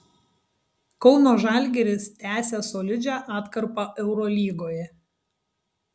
kauno žalgiris tęsia solidžią atkarpą eurolygoje